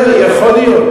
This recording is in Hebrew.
תאמיני לי, יכול להיות.